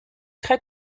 très